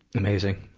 amazing.